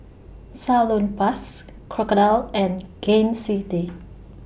Salonpas Crocodile and Gain City